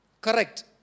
Correct